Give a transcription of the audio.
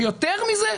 יותר מזה,